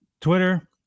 Twitter